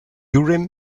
urim